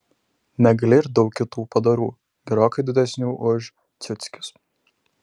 negali ir daug kitų padarų gerokai didesnių už ciuckius